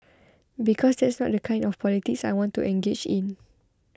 because that's not the kind of the politics I want to engage in